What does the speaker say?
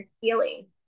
feeling